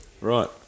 right